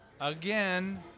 Again